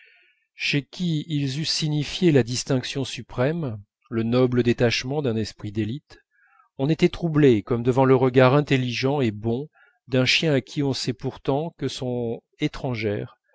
chez qui ils eussent signifié la distinction suprême le noble détachement d'un esprit d'élite on était troublé comme devant le regard intelligent et bon d'un chien à qui on sait pourtant que sont étrangères